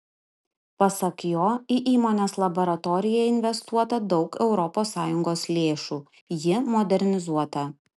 pasak jo į įmonės laboratoriją investuota daug europos sąjungos lėšų ji modernizuota